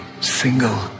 single